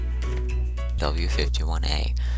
w51a